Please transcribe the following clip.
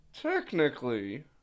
technically